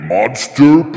Monster